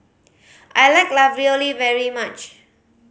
I like Ravioli very much